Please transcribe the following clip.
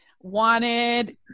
wanted